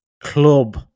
club